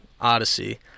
Odyssey